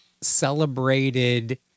celebrated—